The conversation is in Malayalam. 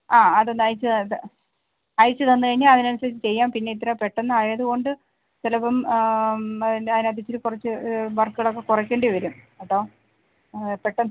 ആ അതൊന്ന് അയച്ച് അയച്ചു തന്നു കഴിഞ്ഞാൽ അതിനനുസരിച്ച് ചെയ്യാം പിന്നെ ഇത്ര പെട്ടെന്നായതു കൊണ്ട് ചിലപ്പം അതിൻ്റെ അതിനകത്ത് ഇത്തിരി കുറച്ച് വർക്കുകളൊക്കെ കുറയ്ക്കേണ്ടി വരും അപ്പം പെട്ടെന്ന്